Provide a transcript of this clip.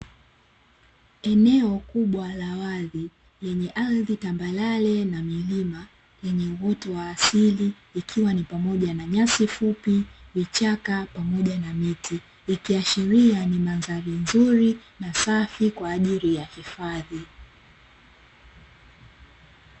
Eneo kubwa la wazi lenye ardhi tambarare na milima lenye uoto wa asili ikiwa ni pamoja na nyasi fupi, vichaka, pamoja na miti, ikiashiria ni mandhari nzuri na safi kwaajili ya hifadhi.